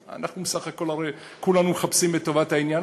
בסך הכול הרי כולנו מחפשים את טובת העניין.